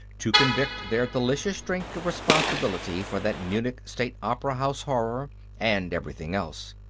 to convict their delicious drink of responsibility for that munich state opera house horror and everything else.